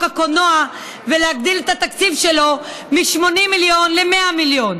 הקולנוע ולהגדיל את התקציב שלו מ-80 מיליון ל-100 מיליון,